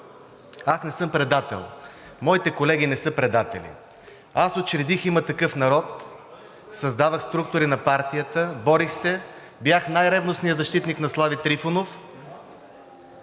Аз не съм предател, моите колеги не са предатели! Аз учредих „Има такъв народ“, създавах структури на партията, борих се, бях най-ревностният защитник на Слави Трифонов.